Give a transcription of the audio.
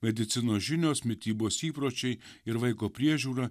medicinos žinios mitybos įpročiai ir vaiko priežiūra